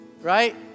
right